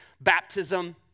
baptism